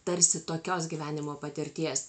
tarsi tokios gyvenimo patirties